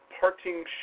parting